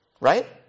right